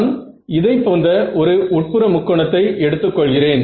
நான் இதை போன்ற ஒரு உட்புற முக்கோணத்தை எடுத்துக் கொள்கிறேன்